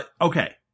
okay